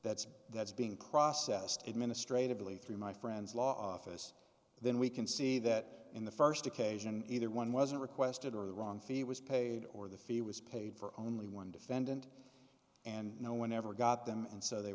that's that's being processed administratively through my friends law office then we can see that in the first occasion either one wasn't requested or the wrong feet was paid or the fee was paid for only one defendant and no one ever got them and so they